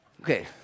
Okay